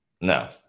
No